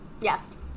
Yes